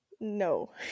No